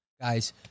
guys